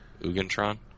Ugentron